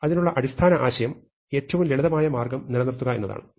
അതിനുള്ള അടിസ്ഥാന ആശയം ഏറ്റവും ലളിതമായ മാർഗ്ഗം നിലനിർത്തുക എന്നതാണ്